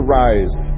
rise